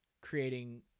creating